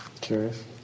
Curious